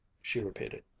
she repeated.